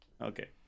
Okay